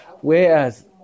Whereas